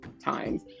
times